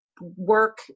work